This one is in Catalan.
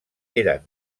eren